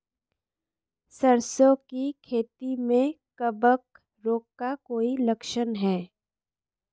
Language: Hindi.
सरसों की खेती में कवक रोग का कोई लक्षण है?